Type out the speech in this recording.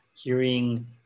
hearing